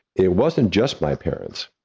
it wasn't just my parents.